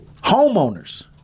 Homeowners